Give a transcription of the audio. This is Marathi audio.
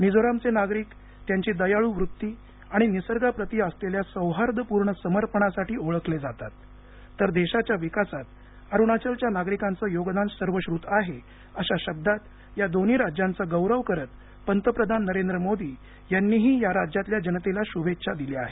मिझोरमचे नागरिक त्यांची दयाळू वृत्ती आणि निसर्गाप्रती असलेल्या सौहार्दपूर्ण समर्पणासाठी ओळखले जातात तर देशाच्या विकासात अरुणाचलच्या नागरिकांचं योगदान सर्वश्रुत आहे अशा शब्दात या दोन्ही राज्यांचा गौरव करत पंतप्रधान नरेंद्र मोदी यांनीही या राज्यातल्या जनतेला शुभेच्छा दिल्या आहेत